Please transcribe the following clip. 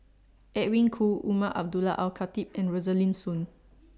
Edwin Koo Umar Abdullah Al Khatib and Rosaline Soon